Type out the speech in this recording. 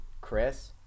Chris